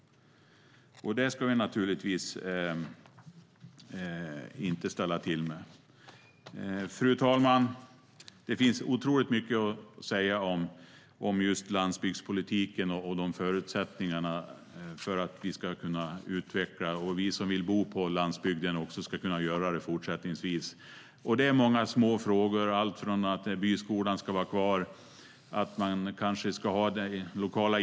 Det ska vi naturligtvis inte ställa till med. Fru talman! Det finns otroligt mycket att säga om just landsbygdspolitiken och förutsättningarna för att utveckla landsbygden. Vi som vill bo på landsbygden ska kunna göra det också fortsättningsvis. Det handlar om många små frågor - alltifrån att byskolan ska vara kvar till den lokala idrottsföreningen och mycket annat.